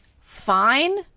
fine